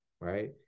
Right